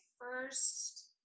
first